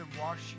wash